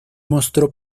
mostró